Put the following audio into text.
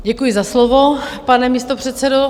Děkuji za slovo, pane místopředsedo.